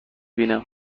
بینم